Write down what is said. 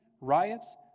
riots